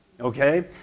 okay